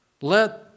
Let